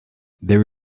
there